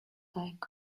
like